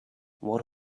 what